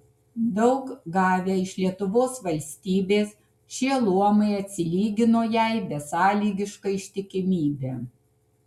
daug gavę iš lietuvos valstybės šie luomai atsilygino jai besąlygiška ištikimybe